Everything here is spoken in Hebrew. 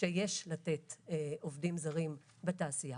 שיש לתת עובדים זרים בתעשייה.